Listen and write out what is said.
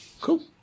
cool